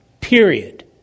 Period